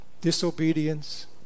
Disobedience